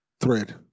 thread